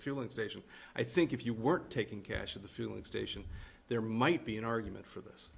station i think if you weren't taking cash at the fueling station there might be an argument for this